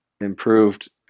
improved